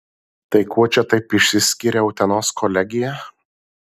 tai kuo čia taip išsiskiria utenos kolegija